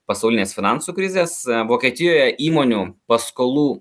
pasaulinės finansų krizės vokietijoje įmonių paskolų